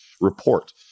Report